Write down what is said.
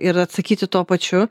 ir atsakyti tuo pačiu